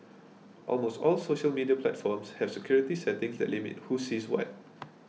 almost all social media platforms have security settings that limit who sees what